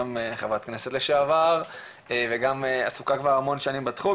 גם ח"כ לשעבר וגם עסוקה כבר המון שנים בתחום.